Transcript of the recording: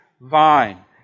vine